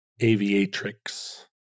aviatrix